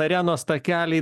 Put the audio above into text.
arenos takeliai